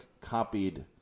copied